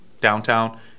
downtown